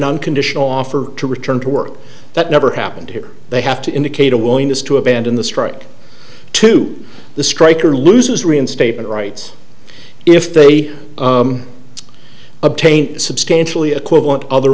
unconditional offer to return to work that never happened here they have to indicate a willingness to abandon the strike to the strike or loses reinstatement rights if they are obtain substantially equivalent other